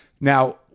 now